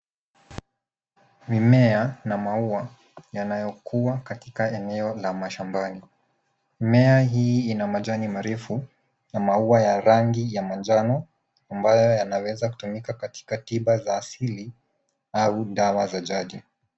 Mimea na maua yanayokua katika eneo la mashambani. Mimea hii ina majani marefu na maua ya rangi ya manjano ambayo yanaweza tumika katika tiba za asili au dawa za jadi.